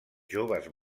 joves